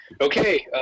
okay